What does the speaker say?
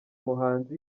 muhanzi